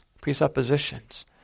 presuppositions